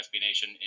Nation